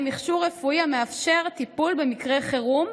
מכשור רפואי המאפשר טיפול במקרה חירום,